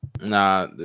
Nah